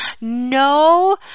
No